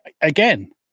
again